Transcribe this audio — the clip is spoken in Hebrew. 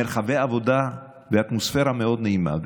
מרחבי עבודה באטמוספירה מאוד נעימה.